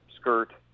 skirt